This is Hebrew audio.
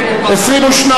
התשס"ט 2009,